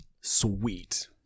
sweet